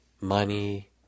money